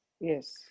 Yes